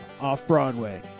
Off-Broadway